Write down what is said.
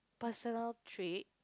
personal trait